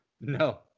no